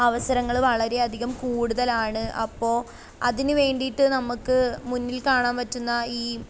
അവസരങ്ങൾ വളരേയധികം കൂടുതലാണ് അപ്പോൾ അതിനു വേണ്ടിയിട്ട് നമുക്ക് മുന്നിൽ കാണാൻ പറ്റുന്ന ഈ